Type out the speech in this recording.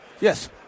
Yes